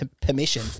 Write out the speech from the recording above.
permission